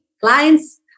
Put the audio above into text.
clients